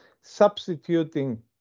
substituting